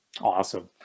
awesome